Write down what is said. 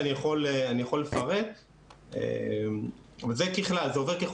אומר שמהממצאים שלנו יש העדפה בחינוך הממלכתי-דתי גם אם